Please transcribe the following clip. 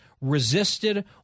resisted